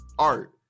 art